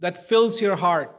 that fills your heart